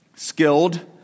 skilled